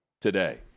today